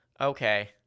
Okay